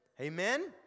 Amen